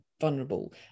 vulnerable